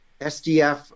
SDF